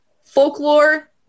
folklore